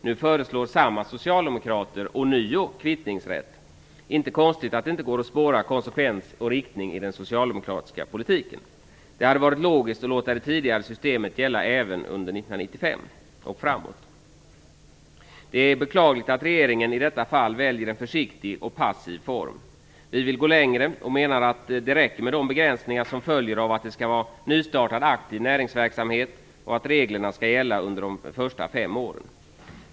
Nu föreslår samma socialdemokrater ånyo kvittningsrätt. Det är inte konstigt att det inte går att spåra konsekvens och riktning i den socialdemokratiska politiken. Det hade varit logiskt att låta det tidigare systemet gälla även under 1995 och framåt. Det är beklagligt att regeringen i detta fall väljer en försiktig och passiv form. Vi vill gå längre och menar att det räcker med begränsningar som följer av att det skall vara nystartad aktiv näringsverksamhet och att reglerna skall gälla under de första fem åren.